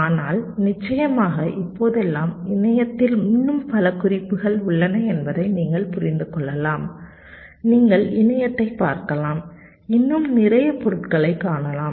ஆனால் நிச்சயமாக இப்போதெல்லாம் இணையத்தில் இன்னும் பல குறிப்புகள் உள்ளன என்பதை நீங்கள் புரிந்து கொள்ளலாம் நீங்கள் இணையத்தைப் பார்க்கலாம் இன்னும் நிறைய பொருட்களைக் காணலாம்